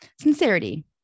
sincerity